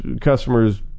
customers